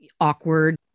awkward